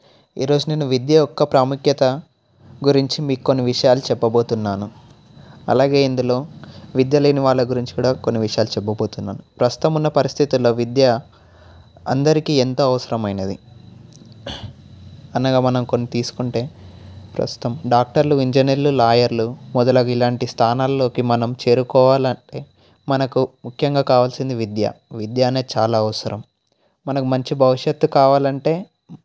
ఈరోజు నేను విద్య యొక్క ప్రాముఖ్యత గురించి మీకు కొన్ని విషయాలు చెప్పబోతున్నాను అలాగే ఇందులో విద్య లేని వాళ్ళ గురించి కూడా కొన్ని విషయాలు చెప్పబోతున్నాను ప్రస్తుతం ఉన్న పరిస్థితుల్లో విద్య అందరికీ ఎంత అవసరమైనది అనగా మనం కొన్ని తీసుకుంటే ప్రస్తుతం డాక్టర్లు ఇంజనీర్లు లాయర్లు మొదలగు ఇలాంటి స్థానాల్లోకి మనం చేరుకోవాలంటే మనకు ముఖ్యంగా కావాల్సింది విద్య విద్య అనేది చాలా అవసరం మనకు మంచి భవిష్యత్తు కావాలంటే